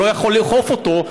הוא לא יכול לאכוף אותו,